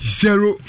zero